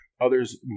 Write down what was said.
Others